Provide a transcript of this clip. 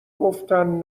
گفتن